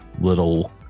little